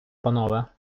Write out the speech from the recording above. панове